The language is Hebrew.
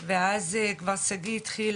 ואז כבר שגיא התחיל